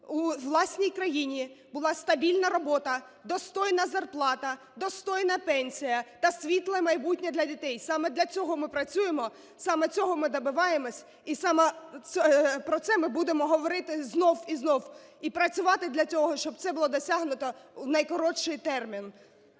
у власній країні була стабільна робота, достойна зарплата, достойна пенсія та світле майбутнє для дітей саме для цього ми працюємо, саме цього ми добиваємося і саме про це ми будемо говорити знову і знову, і працювати для цього, щоб це було досягнуто в найкоротший термін.